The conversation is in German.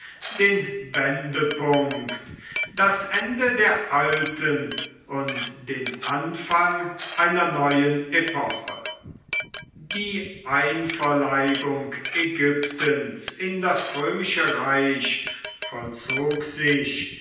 den wendepunkt das ende der alten und den anfang einer neuen epoche die einverleibung ägyptens in das römische reich vollzog sich